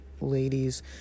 ladies